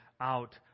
out